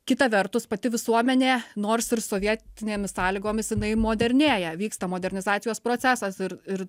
kita vertus pati visuomenė nors ir sovietinėmis sąlygomis jinai modernėja vyksta modernizacijos procesas ir ir